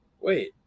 Wait